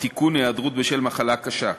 (תיקון, היעדרות בשל מחלה קשה).